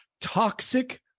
Toxic